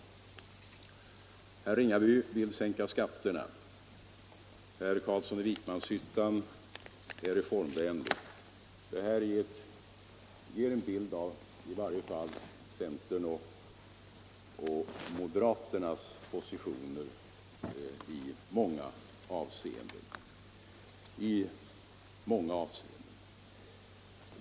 Herr Ringaby vill sänka skatterna, herr Carlsson i Vikmanshyttan är reformvänlig. Det ger en bild av i varje fall centerns och moderaternas positioner i många avseenden.